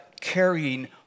carrying